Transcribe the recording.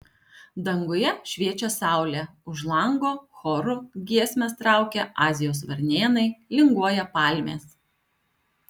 danguje šviečia saulė už lango choru giesmes traukia azijos varnėnai linguoja palmės